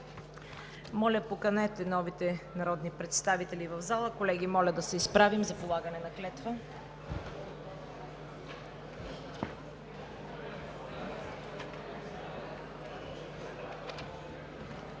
Моля, поканете новите народни представители в залата. Колеги, моля да се изправим за полагане на клетвата.